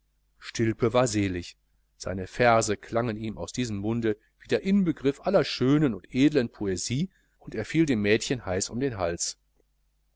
stilpe war selig seine verse klangen ihm aus diesem munde wie der inbegriff aller poesie und er fiel dem mädchen heiß um den hals